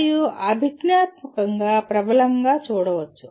మరియు అభిజ్ఞాత్మకంగా ప్రబలంగా చూడవచ్చు